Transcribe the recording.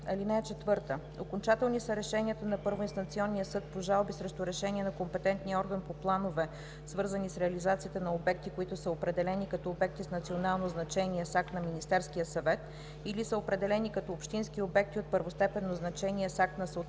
съдържание: „(4) Окончателни са решенията на първоинстанционния съд по жалби срещу решения на компетентния орган по планове, свързани с реализацията на обекти, които са определени като обекти с национално значение с акт на Министерския съвет или са определени като общински обекти от първостепенно значение с акт